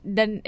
Dan